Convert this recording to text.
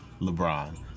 LeBron